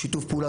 בשיתוף פעולה,